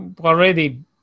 already